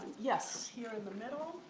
yes, here in the middle.